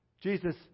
jesus